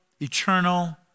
eternal